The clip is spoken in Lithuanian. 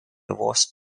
vos